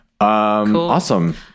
Awesome